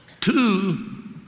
two